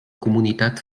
comunitat